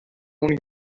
اون